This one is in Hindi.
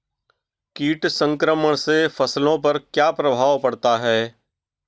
कीट संक्रमण से फसलों पर क्या प्रभाव पड़ता है?